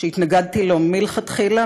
שהתנגדתי לו מלכתחילה,